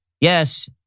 Yes